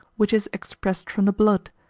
which is expressed from the blood,